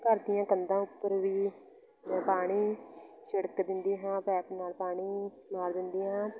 ਘਰ ਦੀਆਂ ਕੰਧਾਂ ਉੱਪਰ ਵੀ ਮੈਂ ਪਾਣੀ ਛਿੜਕ ਦਿੰਦੀ ਹਾਂ ਪਾਇਪ ਨਾਲ ਪਾਣੀ ਮਾਰ ਦਿੰਦੀ ਹਾਂ